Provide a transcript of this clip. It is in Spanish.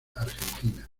argentina